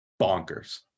bonkers